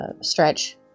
stretch